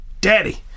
Daddy